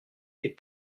est